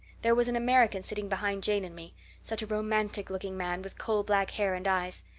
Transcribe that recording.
there was an american sitting behind jane and me such a romantic-looking man, with coal-black hair and eyes.